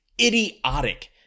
idiotic